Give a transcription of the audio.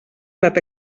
plat